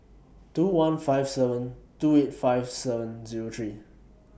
two one five seven two eight five seven Zero three